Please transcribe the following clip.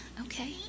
okay